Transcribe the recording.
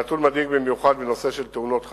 הנתון מדאיג במיוחד בנושא של תאונות חצר,